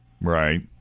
Right